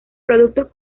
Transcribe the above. productos